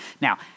Now